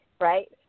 right